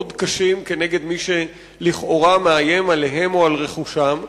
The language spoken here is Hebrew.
קשים כנגד מי שלכאורה מאיים עליהם או על רכושם,